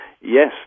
yes